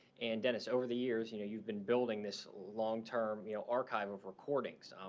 and dennis, over the years, you know, you've been building this long-term, you know, archive of recordings.